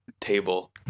table